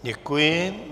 Děkuji.